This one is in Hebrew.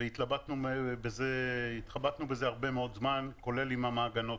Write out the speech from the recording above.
והתחבטנו בזה הרבה מאוד זמן, כולל עם המעגנות.